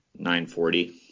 940